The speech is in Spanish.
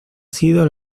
sido